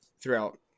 throughout